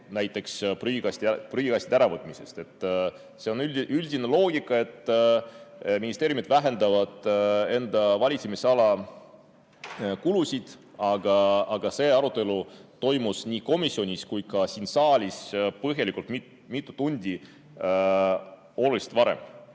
näiteks prügikastide äraviimisest. See on üldine loogika, et ministeeriumid vähendavad enda valitsemisala kulusid, aga põhjalik arutelu toimus nii komisjonis kui ka siin saalis oluliselt mitu tundi varem.